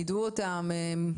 יידעו אותם?